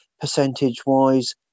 percentage-wise